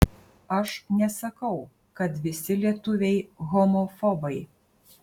aš nesakau kad visi lietuviai homofobai